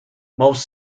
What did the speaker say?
most